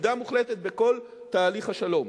בגידה מוחלטת בכל תהליך השלום.